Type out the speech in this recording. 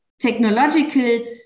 technological